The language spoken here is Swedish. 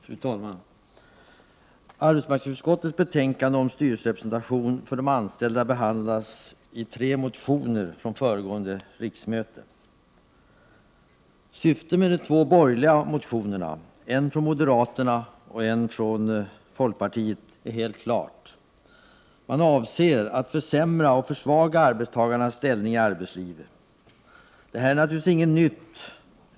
Fru talman! Arbetsmarknadsutskottets betänkande om styrelserepresentation för de anställda behandlas i tre motioner från föregående riksmöte. Syftet med de två borgerliga motionerna — en från moderaterna och en från folkpartiet — är helt klart. Man avser att försämra och försvaga arbetstagarnas ställning i arbetslivet. Detta är naturligtvis inget nytt.